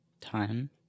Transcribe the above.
Time